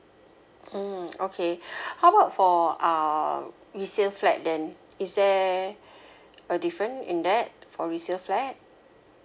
mm okay how about for uh resale flat then is there a different in that for resale flat